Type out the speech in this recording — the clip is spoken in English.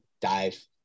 dive